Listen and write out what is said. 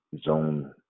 zone